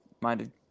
minded